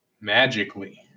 Magically